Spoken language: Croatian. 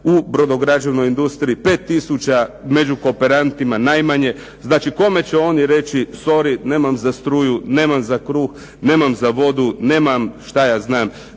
u brodograđevnoj industriji, 5 tisuća među kooperantima najmanje, znači kome će oni reći sorry nemam za struju, nemam za kruh, nemam za vodu, nemam šta ja znam